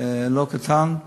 לא קטן בציבור,